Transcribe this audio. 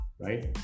right